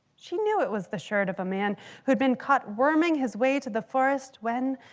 she knew it was the shirt of a man who'd been caught worming his way to the forest when,